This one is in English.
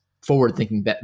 forward-thinking